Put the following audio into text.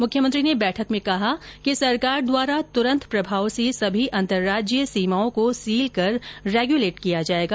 मुख्यमंत्री ने बैठक में कहा कि सरकार द्वारा त्रंत प्रभाव से सभी अन्तरराज्यीय सीमाओं को सील कर रेगुलेट किया जाएगा